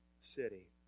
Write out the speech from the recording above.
city